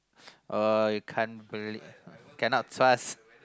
uh can't really cannot trust